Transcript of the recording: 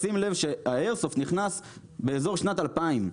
תשים לב שהאיירסופט נכנס באזור שנת 2000,